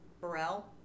Burrell